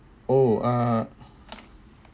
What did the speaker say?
oh uh